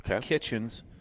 kitchens